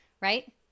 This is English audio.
right